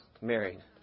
married